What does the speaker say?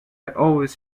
always